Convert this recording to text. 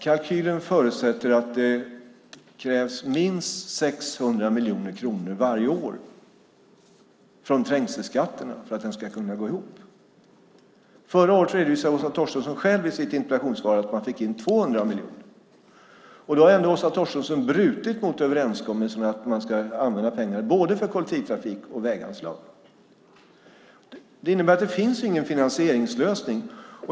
Kalkylen förutsätter att det krävs minst 600 miljoner kronor varje år från trängselskatten för att den ska gå ihop. Förra året redovisade Åsa Torstensson själv i sitt interpellationssvar att man fick in 200 miljoner. Då har ändå Åsa Torstensson brutit mot överenskommelsen att man ska använda pengarna till både kollektivtrafik och väganslag. Det innebär att det inte finns någon finansieringslösning.